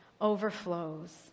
overflows